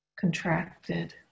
contracted